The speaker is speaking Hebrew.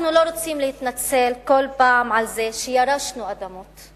אנחנו לא רוצים להתנצל כל פעם על זה שירשנו אדמות,